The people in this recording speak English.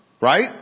Right